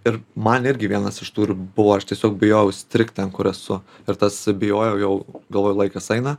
ir man irgi vienas iš tų ir buvo aš tiesiog bijojau įstrigt ten kur esu ir tas bijojau jau galvoju laikas eina